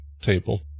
table